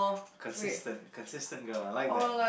consistent consistent girl I like that